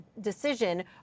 decision